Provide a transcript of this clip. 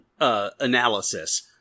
analysis